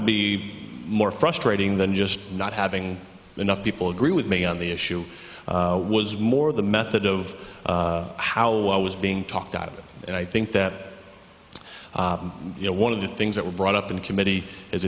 to be more frustrating than just not having enough people agree with me on the issue was more the method of how i was being talked out of it and i think that you know one of the things that were brought up in committee is